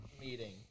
meeting